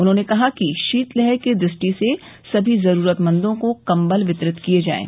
उन्होंने कहा कि शीतलहर की दृष्टि से सभी जरूरतमंदों को कम्बल वितरित किये जायें